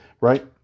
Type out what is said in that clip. right